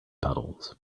puddles